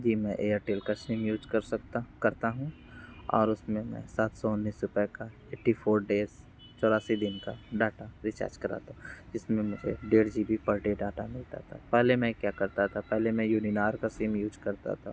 जी मैं एयरटेल का sim use कर सकता करता हूँ और उसमें मैं सात सौ उन्नीस रुपये का एट्टी फोर डेज़ चौरासी दिन का डाटा रिचार्ज कराता जिसमें मुझे डेढ़ G B per day data मिलता था पहले मैं क्या करता था पहले मैं युनिनार का सिम यूज़ करता था